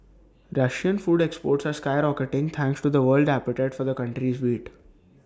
Russian food exports are skyrocketing thanks to the world's appetite for the country's wheat